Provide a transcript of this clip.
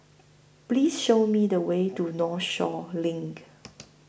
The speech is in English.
Please Show Me The Way to Northshore LINK